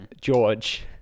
George